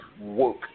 work